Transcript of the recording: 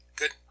good